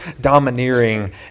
domineering